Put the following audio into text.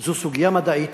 זו סוגיה מדעית